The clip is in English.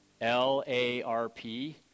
L-A-R-P